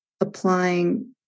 applying